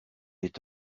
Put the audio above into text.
est